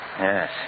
Yes